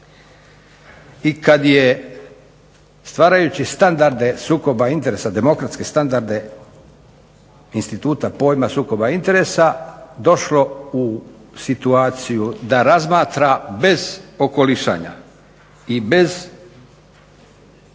I kad je stvarajući standarde sukoba interesa, demokratske standarde instituta pojma sukoba interesa došlo u situaciju da razmatra bez okolišanja i bez krzmanja